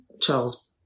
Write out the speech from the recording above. Charles